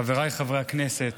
חבריי חברי הכנסת,